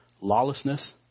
lawlessness